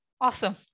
Awesome